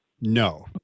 no